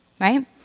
right